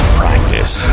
practice